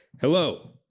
Hello